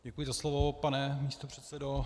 Děkuji za slovo, pane místopředsedo.